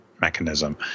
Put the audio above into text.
mechanism